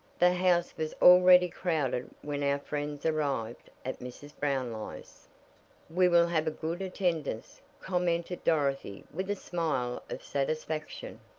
the house was already crowded when our friends arrived at mrs. brownlie's. we will have a good attendance, commented dorothy with a smile of satisfaction.